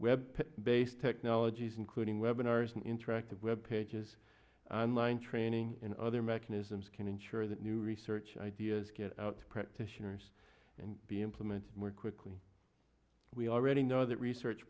web based technologies including webinars an interactive web pages online training and other mechanisms can ensure that new research ideas get out practitioners and be implemented more quickly we already know that research